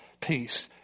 peace